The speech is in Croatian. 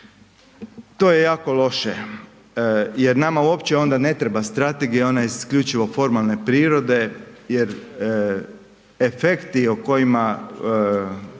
To je jako loše jer nama uopće onda ne treba strategija, ona je isključivo formalne prirode jer efekti o kojima